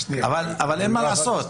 אבל אין מה לעשות.